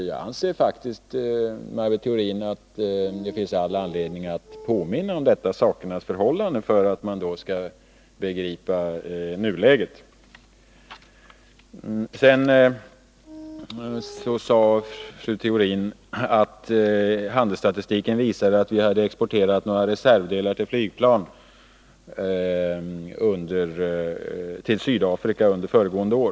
Jag anser faktiskt, Maj Britt Theorin, att det finns all anledning att för att ge en bild av nuläget påminna om detta sakernas förhållande. Fru Theorin sade sedan att handelsstatistiken visade att vi hade exporterat några reservdelar till flygplan till Sydafrika under föregående år.